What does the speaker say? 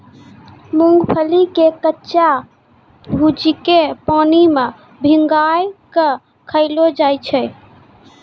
मूंगफली के कच्चा भूजिके पानी मे भिंगाय कय खायलो जाय छै